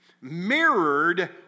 mirrored